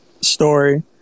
story